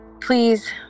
please